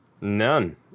None